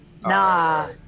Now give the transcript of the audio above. Nah